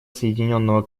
соединенного